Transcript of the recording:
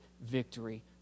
victory